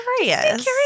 curious